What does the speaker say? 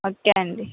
okay అండి